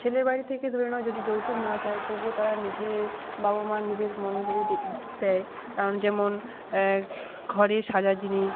ছেলের বাড়ি থেকে ধরে নাও যদি যৌতুক না চায় তবুও তারা নিজে বাবা মা নিজের মনে করেই দেয় কারণ যেমন ঘরে সাজার জিনিস